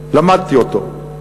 למדתי אותו.